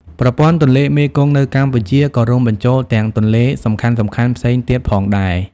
ប្រព័ន្ធទន្លេមេគង្គនៅកម្ពុជាក៏រួមបញ្ចូលទាំងទន្លេសំខាន់ៗផ្សេងទៀតផងដែរ។